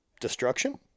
destruction